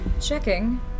Checking